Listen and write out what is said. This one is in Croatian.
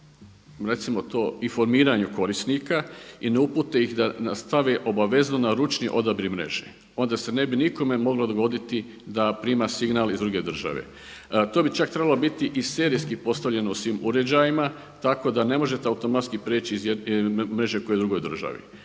recimo to informiranju korisnika i ne upute ih da stave obavezno na ručni odabir mreže. Onda se ne bi nikome moglo dogoditi da prima signal iz druge države. To bi čak trebalo biti i serijski postavljeno u svim uređajima, tako da ne možete automatski prijeći iz jedne mreže k drugoj državi.